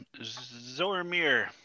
Zormir